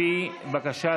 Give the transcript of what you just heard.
לפי בקשת